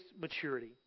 maturity